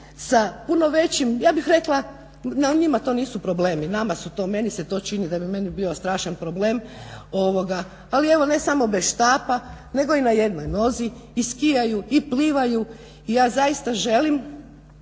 sa puno većim, ja bih rekla njima to nisu problemi. Nama su to. Meni se to čini da bi meni bio strašan problem, ali evo ne samo bez štapa nego i na jednoj nozi i skijaju i plivaju. I ja zaista želim